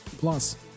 Plus